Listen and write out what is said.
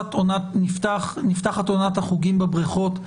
נפתחת עונת החוגים בבריכות.